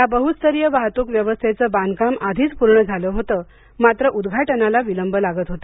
या बहुस्तरीय वाहतूक व्यवस्थेचं बांधकाम आधीच पूर्ण झालं होतं मात्र उद्घाटनाला विलंब लागत होता